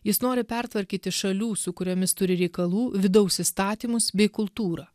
jis nori pertvarkyti šalių su kuriomis turi reikalų vidaus įstatymus bei kultūrą